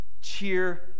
Cheer